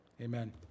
Amen